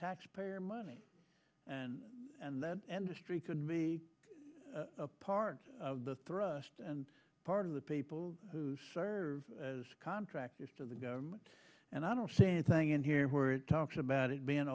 tax payer money and and that and history could be part of the thrust and part of the people who serve as contractors to the government and i don't see anything in here where it talks about it being